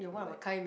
like